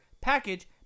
package